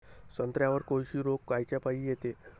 संत्र्यावर कोळशी रोग कायच्यापाई येते?